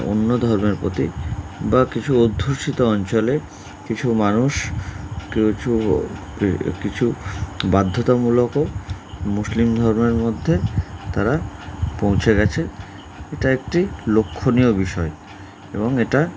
অন্য ধর্মের প্রতি বা কিছু অধ্যূষিত অঞ্চলে কিছু মানুষ কিছু কিছু বাধ্যতামূলকও মুসলিম ধর্মের মধ্যে তারা পৌঁছে গেছে এটা একটি লক্ষণীয় বিষয় এবং এটা